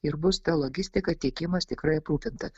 ir bus ta logistika tiekimas tikrai aprūpinta